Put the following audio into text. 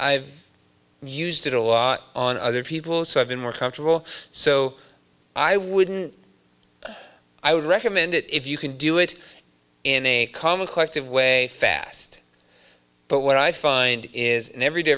i've used it a lot on other people so i've been more comfortable so i wouldn't i would recommend it if you can do it in a common question way fast but what i find is in every day